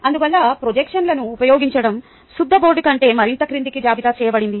అందువల్ల ప్రొజెక్షన్లను ఉపయోగించడం సుద్దబోర్డు కంటే మరింత క్రిందికి జాబితా చేయబడింది